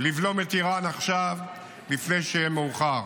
לבלום את איראן עכשיו לפני שיהיה מאוחר.